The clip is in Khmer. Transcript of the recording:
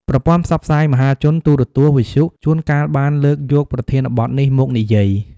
ប្រព័ន្ធផ្សព្វផ្សាយមហាជន ទូរទស្សន៍ វិទ្យុ ជួនកាលបានលើកយកប្រធានបទនេះមកនិយាយ។